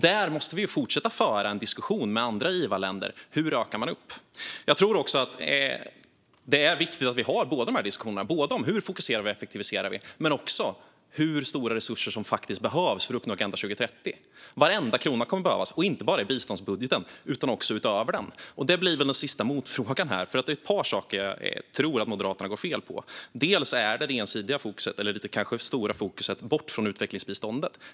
Där måste vi fortsätta föra en diskussion med andra givarländer om hur man ökar detta. Jag tror också att det är viktigt att vi har båda dessa diskussioner, det vill säga inte bara om hur vi fokuserar och effektiviserar utan också om hur stora resurser som faktiskt behövs för att uppnå Agenda 2030. Varenda krona kommer att behövas, och inte bara i biståndsbudgeten utan även utöver den. Det blir väl min sista motfråga här, för det är ett par saker jag tror att Moderaterna går fel i - bland annat det stora fokuset bort från utvecklingsbiståndet.